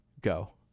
Go